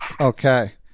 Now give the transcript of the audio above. Okay